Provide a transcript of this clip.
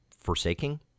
forsaking